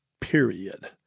period